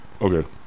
Okay